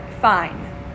Fine